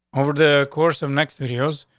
over the course of next five years,